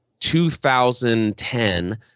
2010